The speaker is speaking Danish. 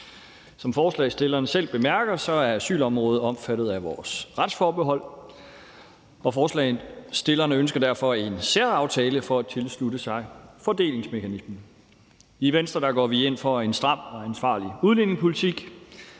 Som forslagsstillerne selv bemærker, er asylområdet omfattet af vores retsforbehold, og forslagsstillerne ønsker derfor en særaftale for at tilslutte sig fordelingsmekanismen. I Venstre går vi ind for en stram og ansvarlig udlændingepolitik.